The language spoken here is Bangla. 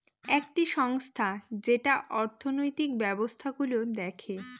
একটি সংস্থা যেটা অর্থনৈতিক ব্যবস্থা গুলো দেখে